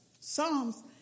Psalms